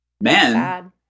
Men